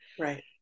Right